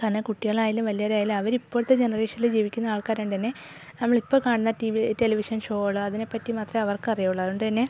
കാരണം കുട്ടികളായാലും വലിയവരായാലും അവരിപ്പോഴത്തെ ജനറേഷനിൽ ജീവിക്കുന്ന ആൾക്കാരായതുകൊണ്ട് തന്നെ നമ്മളിപ്പോൾ കാണുന്ന ടി വി ടെലിവിഷൻ ഷോകളോ അതിനെപ്പറ്റി മാത്രമേ അവർക്കറിയുള്ളൂ അതുകൊണ്ട് തന്നെ